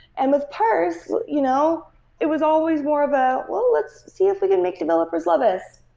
and with parse, you know it was always more of a, well, let's see if we can make developers love us.